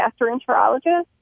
gastroenterologist